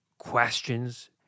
Questions